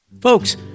Folks